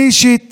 אני אישית